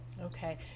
Okay